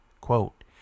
Quote